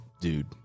dude